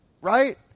right